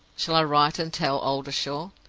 shall i write and tell oldershaw?